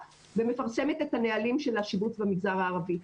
ומפרסמת את הנהלים של השיבוץ במגזר הערבי.